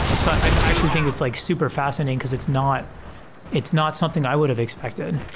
so i actually think it's like super fascinating, because it's not it's not something i would have expected.